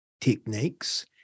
techniques